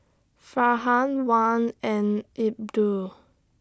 Farhan Wan and Abdul